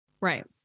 Right